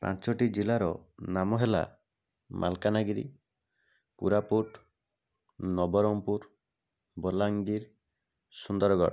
ପାଞ୍ଚଟି ଜିଲ୍ଲାର ନାମ ହେଲା ମାଲକାନାଗିରି କୋରାପୁଟ ନବରଙ୍ଗପୁର ବଲାଙ୍ଗୀର ସୁନ୍ଦରଗଡ଼